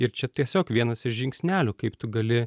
ir čia tiesiog vienas iš žingsnelių kaip tu gali